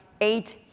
eight